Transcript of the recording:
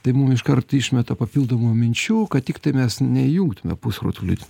tai mum iškart išmeta papildomų minčių kad tiktai mes neįjungtume pusrutulį